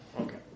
Okay